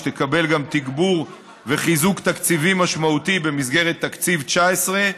תקבל גם תגבור וחיזוק תקציבי משמעותי במסגרת תקציב 2019,